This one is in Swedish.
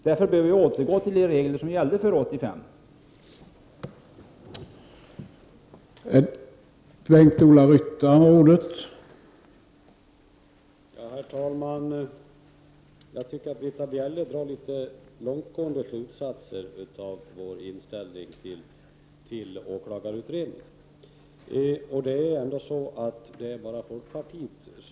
Därför bör vi återgå till de regler som gällde före 1985!